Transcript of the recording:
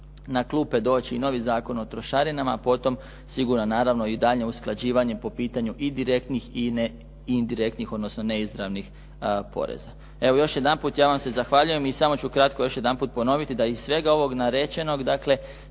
na klupe doći i novi Zakon o trošarinama, a potom siguran naravno i daljnje usklađivanje po pitanju i direktnih i indirektnih, odnosno neizravnih poreza. Evo još jedanput ja vam se zahvaljujem i samo ću kratko još jedanput ponoviti da iz svega ovog narečenog dakle